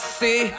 see